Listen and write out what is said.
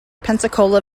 pensacola